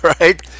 right